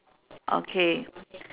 okay